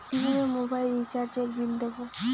কিভাবে মোবাইল রিচার্যএর বিল দেবো?